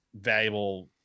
valuable